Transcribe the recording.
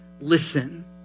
listen